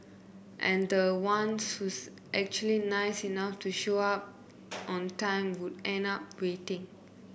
and the one who's actually nice enough to show up on time would end up waiting